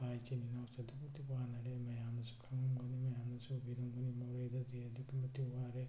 ꯏꯄꯥ ꯏꯆꯤꯟ ꯏꯅꯥꯎꯁꯨ ꯑꯗꯨꯛꯀꯤ ꯃꯇꯤꯛ ꯋꯥꯅꯔꯦ ꯃꯌꯥꯝꯅꯁꯨ ꯈꯪꯂꯝꯒꯅꯤ ꯃꯌꯥꯝꯅꯁꯨ ꯎꯕꯤꯔꯝꯒꯅꯤ ꯃꯣꯔꯦꯗꯗꯤ ꯑꯗꯨꯛꯀꯤ ꯃꯇꯤꯛ ꯋꯥꯔꯦ